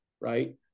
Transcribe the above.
right